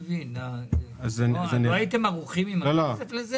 לא הייתם ערוכים עם זה?